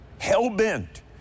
hell-bent